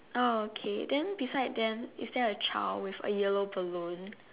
oh okay then beside them is there a child with a yellow balloon